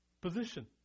position